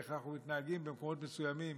איך אנחנו מתנהגים במקומות מסוימים